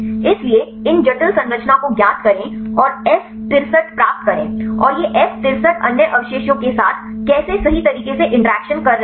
इसलिए इन जटिल संरचना को ज्ञात करें और F63 प्राप्त करें और ये F63 अन्य अवशेषों के साथ कैसे सही तरीके से इंटरैक्शन कर रहे हैं